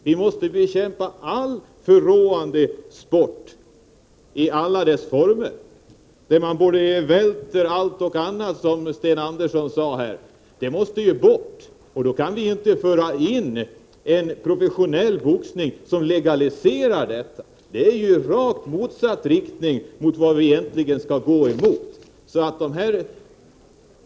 Vi måste bekämpa all förråande sport i alla dess former — sport där man välter allt och alla, som Sten Andersson i Malmö sade här. Sådant måste bort, och då kan vi inte föra in en professionell boxning som legaliserar detta. Det är ju att gå i rakt motsatt riktning mot den vi egentligen skall gå.